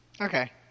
Okay